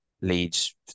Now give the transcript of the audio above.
leads